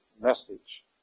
message